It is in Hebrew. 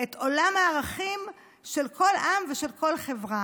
את עולם הערכים של כל העם ושל כל החברה.